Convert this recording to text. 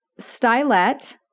stylet